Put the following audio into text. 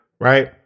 right